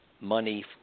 money